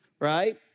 Right